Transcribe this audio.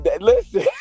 listen